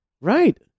Right